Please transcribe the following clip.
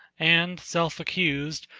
and, self accused,